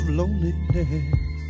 loneliness